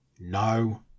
No